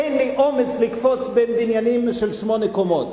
אין לי אומץ לקפוץ בין בניינים של שמונה קומות.